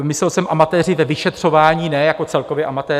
Myslel jsem amatéři ve vyšetřování, ne jako celkově amatéři.